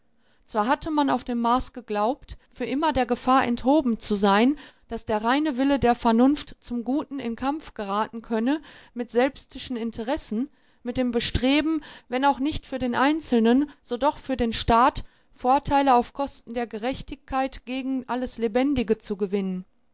zwar hatte man auf dem mars geglaubt für immer der gefahr enthoben zu sein daß der reine wille der vernunft zum guten in kampf geraten könne mit selbstischen interessen mit dem bestreben wenn auch nicht für den einzelnen so doch für den staat vorteile auf kosten der gerechtigkeit gegen alles lebendige zu gewinnen